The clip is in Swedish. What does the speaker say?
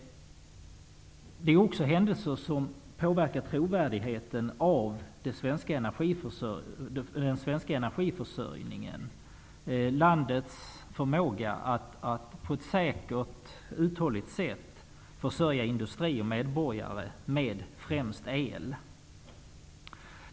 Det är också händelser som påverkar trovärdigheten hos den svenska energiförsörjningen och landets förmåga att på ett säkert och uthålligt sätt försörja industri och medborgare med främst el.